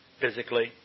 Physically